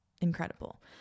incredible